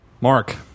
Mark